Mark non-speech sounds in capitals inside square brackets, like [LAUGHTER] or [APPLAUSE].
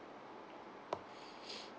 [BREATH]